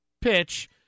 pitch